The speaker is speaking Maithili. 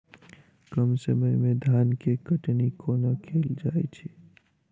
कम समय मे धान केँ कटनी कोना कैल जाय छै?